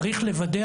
צריך לוודא,